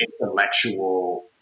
intellectual